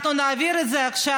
אנחנו נעביר את זה עכשיו,